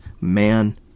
man